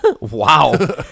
Wow